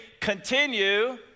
continue